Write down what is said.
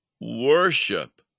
worship